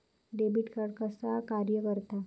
Debit card कसा कार्य करता?